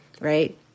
Right